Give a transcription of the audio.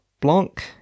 Blanc